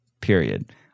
Period